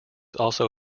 also